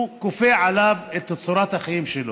הוא כופה עליו את צורת החיים שלו.